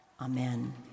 Amen